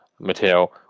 Mateo